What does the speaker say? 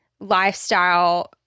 lifestyle